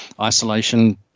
isolation